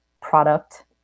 product